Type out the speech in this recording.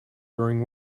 during